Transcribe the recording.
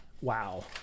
wow